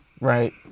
Right